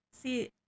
see